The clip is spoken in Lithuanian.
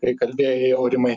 kai kalbėjai aurimai